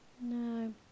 no